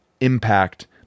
impact